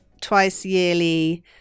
twice-yearly